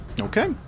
Okay